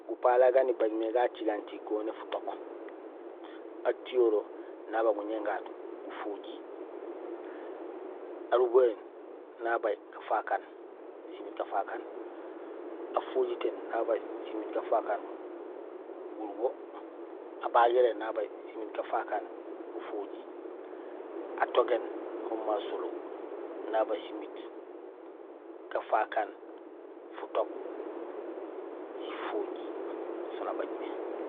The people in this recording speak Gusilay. Gupalay gan ibaaj mé gacigaam mé goniyee futook. Atiyoree nabaaj guñéén gaat gufojiir, arubahéén nabaaj gafaak aan; simiit gafaak aan, afojitéén nabajé simiit gafaak aan gurubo, abagiréén nabajé simiit gafaak aan gufojiir, atogéén hoomé asolee nabaaj simiit gafaak aan fotook sifojiir so nabaaj mé.